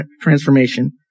transformation